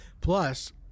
plus